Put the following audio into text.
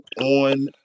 on